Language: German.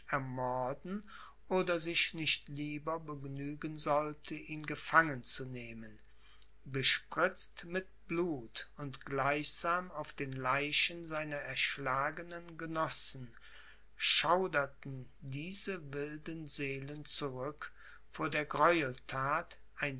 ermorden oder sich nicht lieber begnügen sollte ihn gefangen zu nehmen bespritzt mit blut und gleichsam auf den leichen seiner erschlagenen genossen schauderten diese wilden seelen zurück vor der gräuelthat